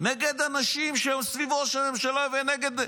נגד אנשים שסביב ראש הממשלה ונגד,